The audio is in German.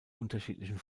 unterschiedlichen